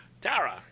Tara